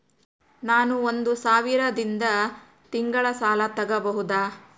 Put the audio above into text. ನಾನು ಒಂದು ಸಾವಿರದಿಂದ ತಿಂಗಳ ಸಾಲ ತಗಬಹುದಾ?